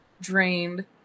drained